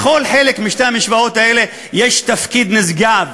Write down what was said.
לכל חלק משתי המשוואות האלה יש תפקיד נשגב.